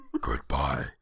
Goodbye